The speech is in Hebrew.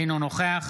אינו נוכח